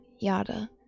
Yada